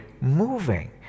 moving